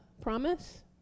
promise